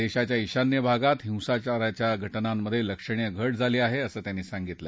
देशाच्या ईशान्य भागात हिंसाचाराच्या घटनांमधे लक्षणीय घट झाली आहे असं त्यांनी सांगितलं